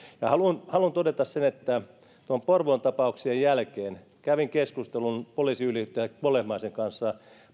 haluan haluan todeta sen että tuon porvoon tapauksen jälkeen kävin keskustelun poliisiylijohtaja kolehmaisen kanssa